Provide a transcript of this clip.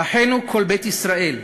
"אחינו כל בית ישראל,